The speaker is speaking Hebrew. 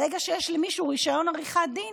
ברגע שיש למישהו רישיון עריכת דין,